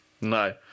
No